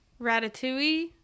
Ratatouille